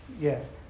Yes